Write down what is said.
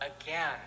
again